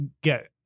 get